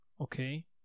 okay